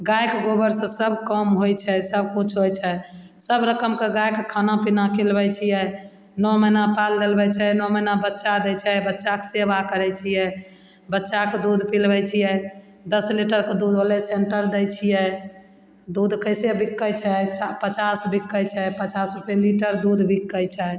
गाइके गोबरसे सब काम होइ छै सबकिछु होइ छै सब रकमके गाइके खाना पिना खिलबै छिए नओ महिना पाल डलबै छै नओ महिना बच्चा दै छै बच्चाके सेवा करै छिए बच्चाके दूध पिलबै छिए दस लीटरके दूध होलै सेन्टर दै छिए दूध कइसे बिकै छै चा पचास बिकै छै पचास रुपे लीटर दूध बिकै छै